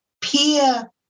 peer